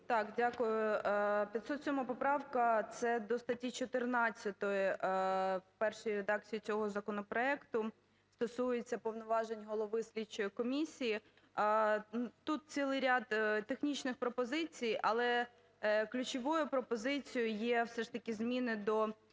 О.С. Дякую. 507 поправка – це до статті 14 першої редакції цього законопроекту, стосується повноважень голови слідчої комісії. Тут цілий ряд технічних пропозицій, але ключовою пропозицією є все ж таки зміни до